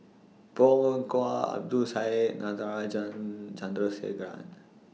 Bong Hiong Hwa Abdul Syed and Natarajan Chandrasekaran